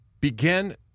begin